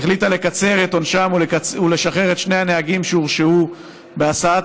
החליטה לקצר את עונשם ולשחרר את שני הנהגים שהורשעו בהסעת